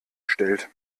stellt